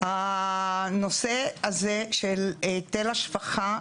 הנושא הזה של היטל השבחה,